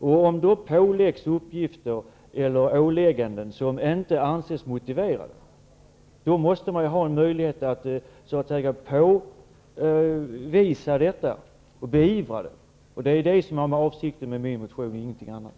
Om de då påläggs uppgifter eller ålägganden som inte anses motiverade, måste det finnas en möjlighet att påvisa detta och beivra det. Det är avsikten med min motion, ingenting annat.